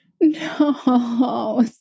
No